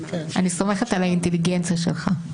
אני סומכת על האינטליגנציה שלך.